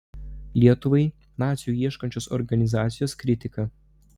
lietuvai nacių ieškančios organizacijos kritika